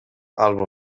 albo